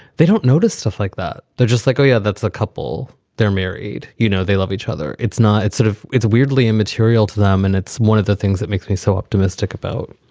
they don't notice stuff like that. they're just like, oh, yeah, that's a couple. they're married, you know, they love each other. it's not it's sort of it's weirdly immaterial to them. and it's one of the things that makes me so optimistic about